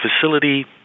facility